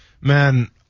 Man